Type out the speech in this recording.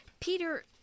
Peter